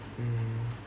mm